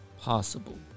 Possible